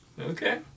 Okay